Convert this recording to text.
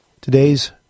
today's